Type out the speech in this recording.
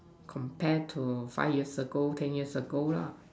compare to five years ago ten years ago lah